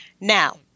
Now